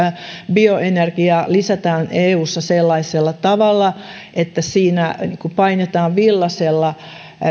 bioenergiaa lisätään eussa sellaisella tavalla että siinä painetaan villaisella